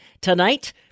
Tonight